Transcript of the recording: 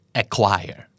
acquire